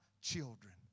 children